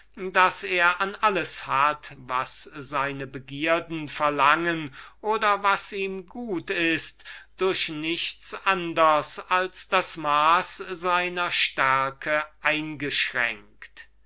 das er an alles hat was seine begierden verlangen oder was ihm gut ist durch nichts anders als das maß seiner stärke eingeschränkt